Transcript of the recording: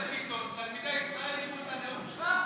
תלמידי ישראל יראו את הנאום שלך,